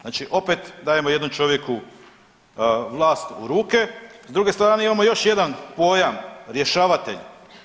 Znači opet dajemo jednom čovjeku vlast u ruku, s druge strane imamo još jedan pojam rješavatelj.